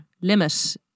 limit